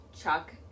Chuck